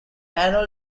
annual